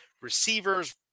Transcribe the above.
receivers